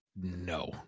no